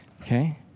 Okay